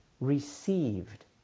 received